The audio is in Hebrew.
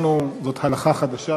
בבקשה.